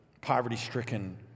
poverty-stricken